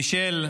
מישל,